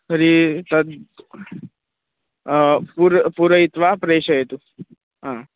तर्हि तद् पूर पूरयित्वा प्रेषयतु